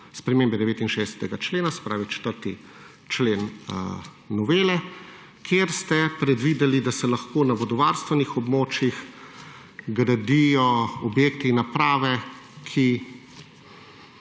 spremembe 69. člena, se pravi 4. člen novele, kjer ste predvideli, da se lahko na vodovarstvenih območjih gradijo objekti, naprave, ki